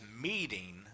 meeting